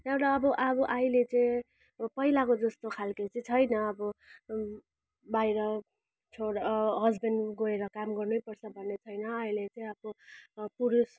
र एउटा अब अब अहिले चाहिँ पहिलाको जस्तो खालके चाहिँ छैन अब बाहिर छोरा हस्बेन्ड गएर काम गर्नैपर्छ भन्ने छैन अहिले चाहिँ अब पुरुष